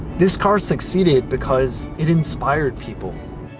this car succeeded because it inspired people.